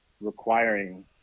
requiring